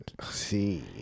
see